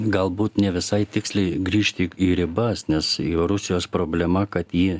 galbūt ne visai tiksliai grįžti į ribas nes jau rusijos problema kad ji